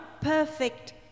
perfect